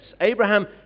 Abraham